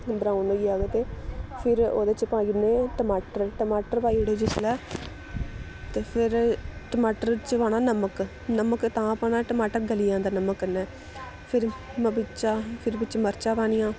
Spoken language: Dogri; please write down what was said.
ब्राउन होई जाह्ग ते फिर ओह्दे च पाई ओड़ने टमाटर टमाटर पाई ओड़ो जिसलै ते फिर टमाटर च पाना नमक नमक तां पाना टमाटर गली जंदा नमक कन्नै फिर बिच्चा फिर बिच्च मर्चां पानियां